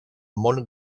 món